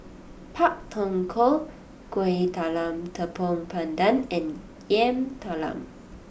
Pak Thong Ko Kueh Talam Tepong Pandan and Yam Talam